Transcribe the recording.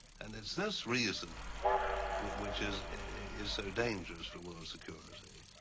and it's this reason which is is so dangerous for world security.